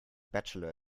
bachelor